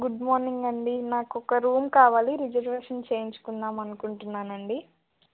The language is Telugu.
గుడ్ మార్నింగ్ అండి నాకొక రూమ్ కావాలి రిజర్వేషన్ చేయించుకుందాంమనుకుంటున్నానండి